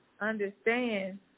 understand